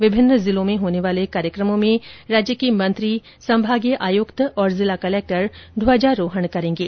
विभिन्न जिलों में होने वाले कार्यक्रमों में राज्य के मंत्री संभागीय आयुक्त और जिला कलेक्टर ध्वजारोहण करेंगे